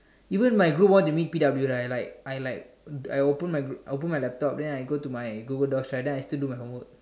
even my group want to meet P_W I like I like I open I open my laptop right then I go to my Google docs right then I still do my homework